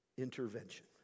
intervention